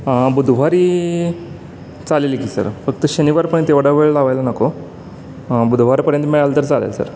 बुधवारी चालेल की सर फक्त शनिवारपर्यंत एवढा वेळ लावायला नको बुधवारपर्यंत मिळालं तर चालेल सर